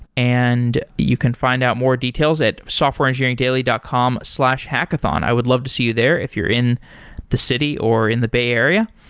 and you can find out more details at softwareengineeringdaily dot com slash hackathon. i would love to see you there if you're in the city or in the bay area.